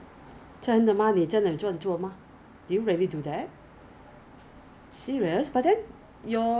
you yeah I thought cleanser 只可以早上跟晚上而已 so the the rest of the day if you feel oily just 用用 water lah